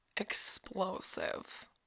explosive